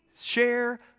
share